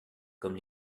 comme